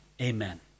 Amen